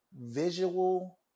visual